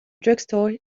drugstore